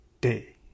day